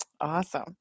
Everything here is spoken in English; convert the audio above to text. Awesome